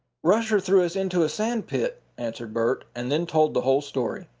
rusher threw us into a sand pit, answered bert, and then told the whole story.